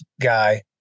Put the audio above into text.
guy